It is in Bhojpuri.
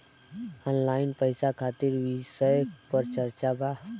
ऑनलाइन पैसा खातिर विषय पर चर्चा वा?